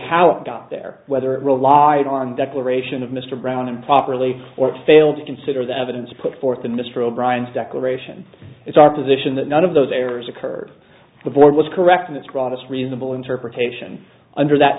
how it got there whether it relied on declaration of mr brown improperly or it failed to consider the evidence put forth in mr o'brien's declaration it's our position that none of those errors occurred the board was correct in its broadest reasonable interpretation under that